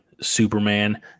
Superman